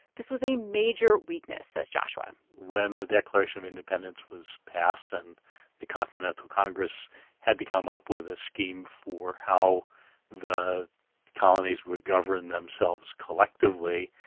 this was a major weakness, says joshua when the declaration of independence was passed and the continental congress had to come up with a scheme for how the colonies would govern themselves collectively,